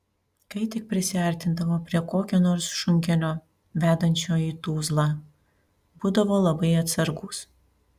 kai tik prisiartindavo prie kokio nors šunkelio vedančio į tuzlą būdavo labai atsargūs